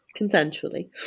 consensually